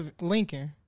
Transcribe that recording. Lincoln